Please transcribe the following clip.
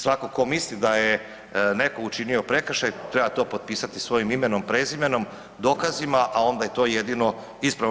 Svatko tko misli da je netko učinio prekršaj treba to potpisati svojim imenom, prezimenom, dokazima, a onda je to jedino ispravo.